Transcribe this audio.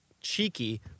cheeky